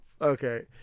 Okay